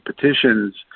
petitions